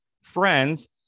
friends